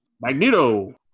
Magneto